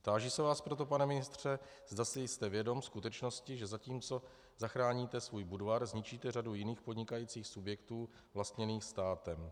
Táži se vás proto, pane ministře, zda si jste vědom skutečnosti, že zatímco zachráníte svůj Budvar, zničíte řadu jiných podnikajících subjektů vlastněných státem.